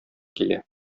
килә